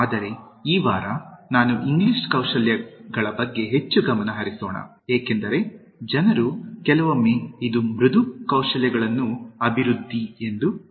ಆದರೆ ಈ ವಾರ ನಾನು ಇಂಗ್ಲಿಷ್ ಕೌಶಲ್ಯಗಳ ಬಗ್ಗೆ ಹೆಚ್ಚು ಗಮನ ಹರಿಸೋಣ ಏಕೆಂದರೆ ಜನರು ಕೆಲವೊಮ್ಮೆ ಇದು ಮೃದು ಕೌಶಲ್ಯಗಳನ್ನು ಅಭಿವೃದ್ಧಿ ಎಂದು ಭಾವಿಸುತ್ತಾರೆ